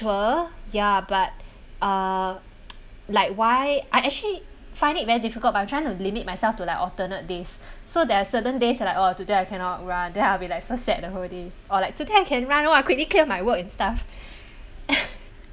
ya but uh like why I actually find it very difficult but I trying to limit myself to like alternate days so there are certain days like oh today cannot run then I'll be like so sad the whole day or like today I can run !wah! quickly clear my work and stuff